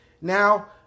Now